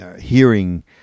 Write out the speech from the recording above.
hearing